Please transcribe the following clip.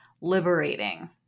liberating